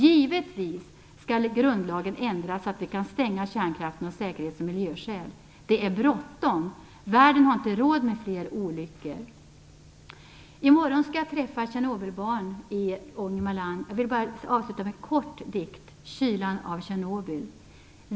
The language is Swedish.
Givetvis skall grundlagen ändras så att vi kan stänga kärnkraften av säkerhets och miljöskäl. Det är bråttom. Världen har inte råd med flera olyckor. I morgon skall jag träffa Tjernobylbarn i Ångermanland. Jag vill bara avsluta med en kort dikt som heter Kylan av Tjernobyl.